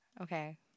Okay